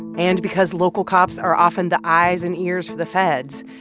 and because local cops are often the eyes and ears for the feds,